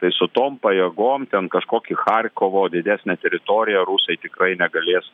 tai su tom pajėgom ten kažkokį charkovo didesnę teritoriją rusai tikrai negalės